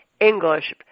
English